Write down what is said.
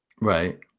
right